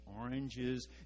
oranges